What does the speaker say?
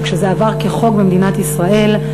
וכשזה עבר כחוק במדינת ישראל,